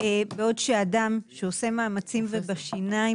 שעושה מאמצים ובשיניים